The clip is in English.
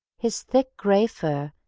his thick, grey fur,